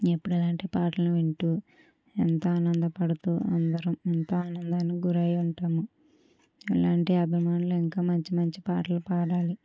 ఏప్పుడు ఇలాంటి పాటలని వింటూ ఎంతో ఆనందపడుతూ అందరం ఎంతో ఆనందానికి గురయ్యి ఉంటాము ఇలాంటి అభిమానులు ఇంకా మంచి మంచి పాటలు పాడాలి